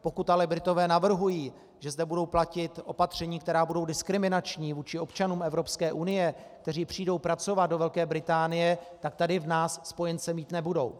Pokud ale Britové navrhují, že zde budou platit opatření, která budou diskriminační vůči občanům Evropské unie, kteří přijdou pracovat do Velké Británie, tak tady v nás spojence mít nebudou.